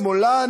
שמאלן,